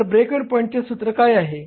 तर break even पॉईंटचे सूत्र काय आहे